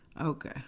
Okay